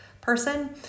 person